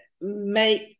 make